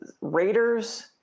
Raiders